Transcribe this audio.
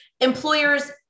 employers